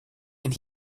and